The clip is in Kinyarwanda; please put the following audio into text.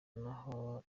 naho